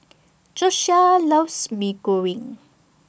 Josiah loves Mee Goreng